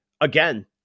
again